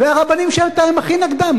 והרבנים שאתם הכי נגדם,